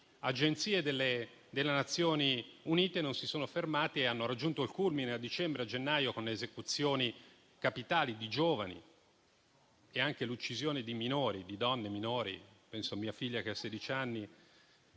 agenzie delle Nazioni Unite, non si è fermato e ha raggiunto il culmine a dicembre e a gennaio con esecuzioni capitali di giovani e anche l'uccisione di minori e donne, di ragazzine (penso a mia figlia che ha sedici